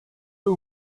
who